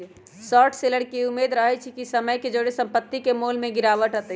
short seller के इ उम्मेद रहइ छइ कि समय के जौरे संपत्ति के मोल में गिरावट अतइ